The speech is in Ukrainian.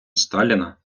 сталіна